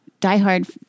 diehard